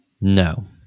No